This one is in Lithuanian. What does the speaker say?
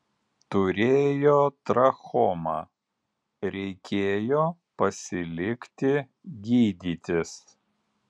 turėjo trachomą reikėjo pasilikti gydytis